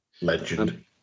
Legend